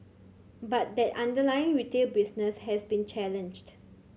but that underlying retail business has been challenged